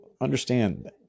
understand